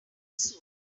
suit